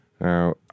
Now